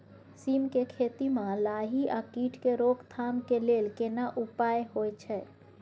सीम के खेती म लाही आ कीट के रोक थाम के लेल केना उपाय होय छै?